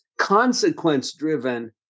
consequence-driven